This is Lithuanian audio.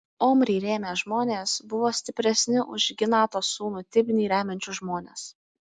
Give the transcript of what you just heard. omrį rėmę žmonės buvo stipresni už ginato sūnų tibnį remiančius žmones